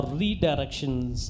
redirections